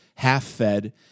half-fed